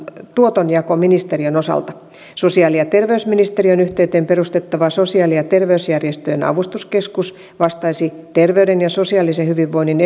tuotonjakoministeriön osalta sosiaali ja terveysministeriön yhteyteen perustettava sosiaali ja terveysjärjestöjen avustuskeskus vastaisi terveyden ja sosiaalisen hyvinvoinnin